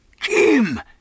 Jim